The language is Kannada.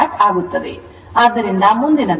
ಆದ್ದರಿಂದ ಮುಂದಿನದು V efI Zef